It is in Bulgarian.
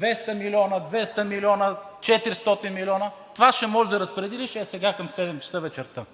200 милиона, 200 милиона – 400 милиона, това ще можеш да разпределиш сега към 19,00 ч. вечерта.